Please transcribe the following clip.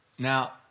Now